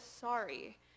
sorry